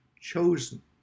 chosen